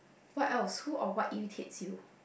what else who or what irritates you